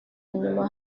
nyuma